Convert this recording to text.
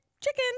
chicken